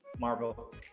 Marvel